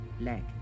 leg